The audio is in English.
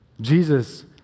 Jesus